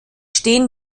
stehen